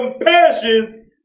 compassion